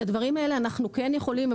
את הדברים האלה אנחנו כן יכולים.